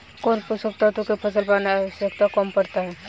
कौन पोषक तत्व के फसल पर आवशयक्ता कम पड़ता?